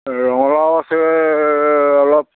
ৰঙালাও আছে অলপ